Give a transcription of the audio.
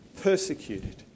persecuted